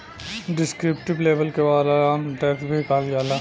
descriptive label के वालाराम tax भी कहल जाला